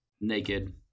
naked